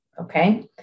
Okay